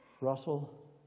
Russell